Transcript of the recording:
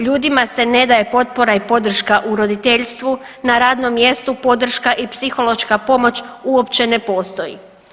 Ljudima se ne daje potpora i podrška u roditeljstvu, na radnom mjestu podrška i psihološka pomoć uopće ne postoji.